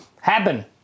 happen